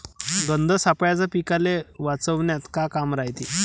गंध सापळ्याचं पीकाले वाचवन्यात का काम रायते?